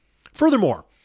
Furthermore